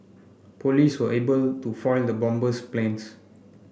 police were able to foil the bomber's plans